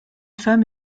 femme